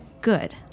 good